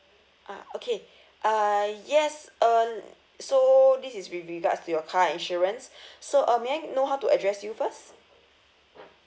ah okay uh yes uh so this is with regards to your car insurance so uh may I know how to address you first